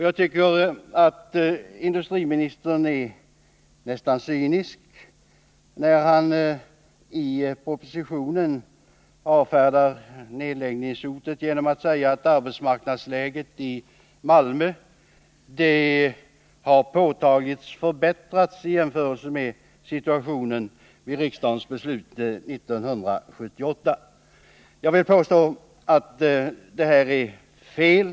Jag tycker att industriministern är nästan cynisk när han i propositionen avfärdar nedläggningshotet genom att säga att arbetsmarknadsläget i Malmö påtagligt har förbättrats i jämförelse med situationen när riksdagen fattade beslut i varvsfrågan 1978. Jag vill påstå att detta är fel.